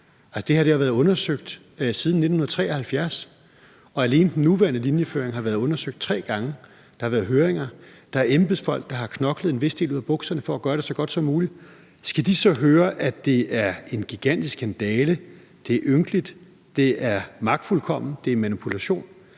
her har været undersøgt siden 1973, og alene den nuværende linjeføring har været undersøgt tre gange. Der har været høringer. Der er embedsfolk, der har knoklet en vis del ud af bukserne for at gøre det så godt som muligt. Skal de så høre, at det er en gigantisk skandale, at det er ynkeligt, at det er magtfuldkomment, og at det er manipulation?